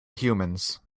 humans